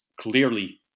clearly